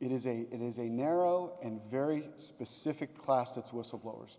it is a it is a narrow and very specific class that's whistleblowers